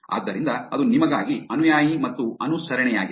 ಆದ್ದರಿಂದ ಅದು ನಿಮಗಾಗಿ ಅನುಯಾಯಿ ಮತ್ತು ಅನುಸರಣೆಯಾಗಿದೆ